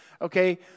okay